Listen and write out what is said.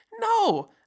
No